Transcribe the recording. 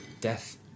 Death